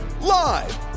Live